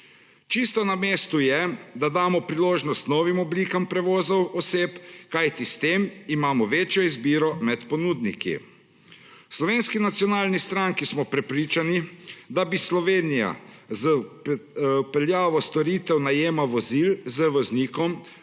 Čisto na mestu je, da damo priložnost novim oblikam prevozov oseb, kajti s tem imamo večjo izbiro med ponudniki. V Slovenski nacionalni stranki smo prepričani, da bi Slovenija z vpeljavo storitev najema vozil z voznikom